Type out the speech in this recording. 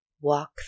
Walk